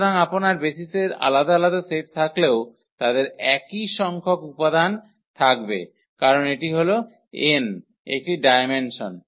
সুতরাং আপনার বেসিসের আলাদা আলাদা সেট থাকলেও তাদের একই সংখ্যক উপাদান থাকবে কারণ এটি হল n একটি ডায়মেনসন